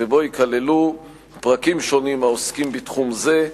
ובו ייכללו פרקים שונים העוסקים בתחום זה.